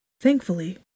Thankfully